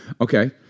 Okay